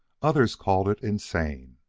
others called it insane.